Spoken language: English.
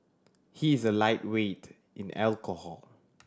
he is a lightweight in alcohol